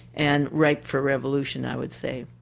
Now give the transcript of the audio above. and ripe for revolution, i would say.